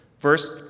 First